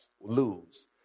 lose